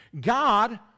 God